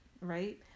right